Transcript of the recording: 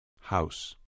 House